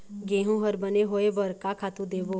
गेहूं हर बने होय बर का खातू देबो?